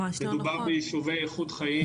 מדובר ביישובי איכות חיים,